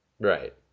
Right